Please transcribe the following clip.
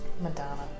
Madonna